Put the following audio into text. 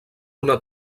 una